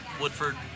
Woodford